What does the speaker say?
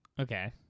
Okay